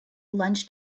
lunch